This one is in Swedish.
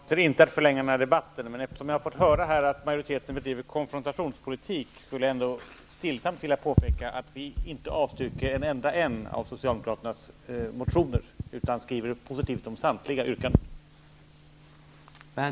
Herr talman! Inte heller jag avser att förlänga den här debatten. Men eftersom jag här har fått höra att majoriteten bedriver konfrontationspolitik skulle jag stillsamt vilja påpeka att vi inte avstyrker en enda socialdemokratisk motion. I stället skriver vi positivt om samtliga yrkanden.